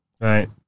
Right